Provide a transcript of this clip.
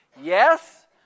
Yes